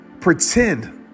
pretend